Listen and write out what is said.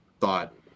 thought